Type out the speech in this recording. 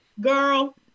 girl